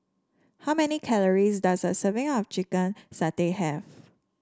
how many calories does a serving of Chicken Satay have